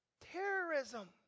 terrorism